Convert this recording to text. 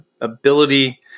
ability